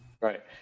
right